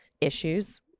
issues